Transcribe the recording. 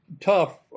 tough